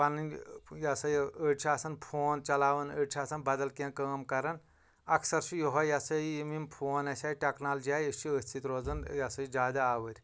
پنٕنۍ یہِ ہسا یہِ أڈۍ چھِ آسان فون چلاوان أڈۍ چھِ آسان بدل کینٛہہ کٲم کران اکثر چھُ یِہوے یہِ ہسا یہِ یِم یِم فون اسہِ آے ٹٮ۪کنالجی آیہِ أسۍ چھِ أتھۍ سۭتی روزان یہِ ہسا یہِ زیادٕ آوٕرۍ